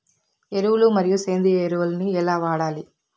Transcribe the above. ఎరువులు మరియు సేంద్రియ ఎరువులని ఎలా వాడాలి?